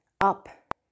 up